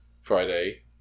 Friday